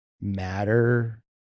matter